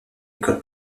école